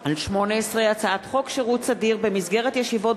הצעת חוק הגנת השכר (תיקון,